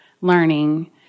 learning